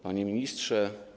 Panie Ministrze!